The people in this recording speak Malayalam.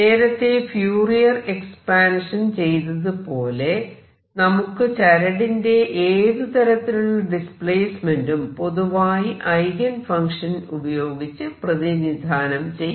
നേരത്തെ ഫ്യൂരിയർ എക്സ്പാൻഷൻ ചെയ്തതുപോലെ നമുക്ക് ചരടിന്റെ ഏതു തരത്തിലുള്ള ഡിസ്പ്ലേസ്മെന്റും പൊതുവായി ഐഗൻ ഫങ്ക്ഷൻ ഉപയോഗിച്ച് പ്രതിനിധാനം ചെയ്യാം